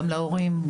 גם להורים,